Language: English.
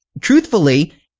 truthfully